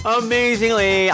amazingly